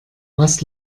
was